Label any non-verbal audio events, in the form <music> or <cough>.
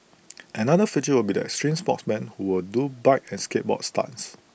<noise> another feature will be the extreme sportsmen who will do bike and skateboard stunts